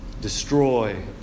destroy